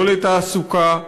לא לתעסוקה,